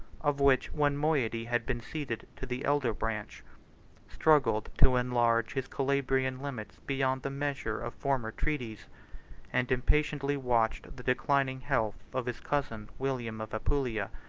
of which one moiety had been ceded to the elder branch struggled to enlarge his calabrian limits beyond the measure of former treaties and impatiently watched the declining health of his cousin william of apulia,